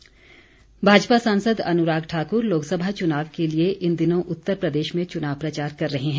अनुराग ठाकुर भाजपा सांसद अनुराग ठाकुर लोकसभा चुनाव के लिए इन दिनों उत्तर प्रदेश में चुनाव प्रचार कर रहे हैं